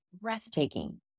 breathtaking